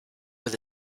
with